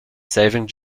saving